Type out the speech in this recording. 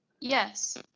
Yes